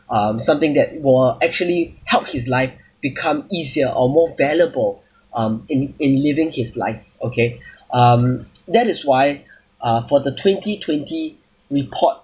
um something that will actually help his life become easier or more valuable um in in living his life okay um that is why uh for the twenty twenty report